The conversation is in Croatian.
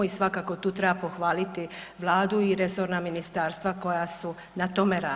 I svakako tu treba pohvaliti Vladu i resorna ministarstva koja su na tome radila.